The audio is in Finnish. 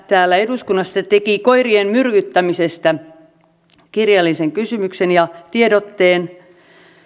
täällä eduskunnassa teki koirien myrkyttämisestä kirjallisen kysymyksen ja tiedotteen